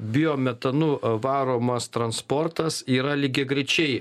biometanu varomas transportas yra lygiagrečiai